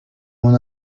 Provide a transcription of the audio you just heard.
mon